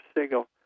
signal